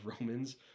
Romans